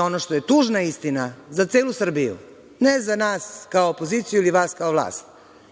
Ono što je tužna istina za celu Srbiju, ne za nas kao opoziciju ili vas kao vlast,